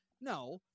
No